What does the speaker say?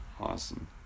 Awesome